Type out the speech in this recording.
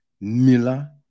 Miller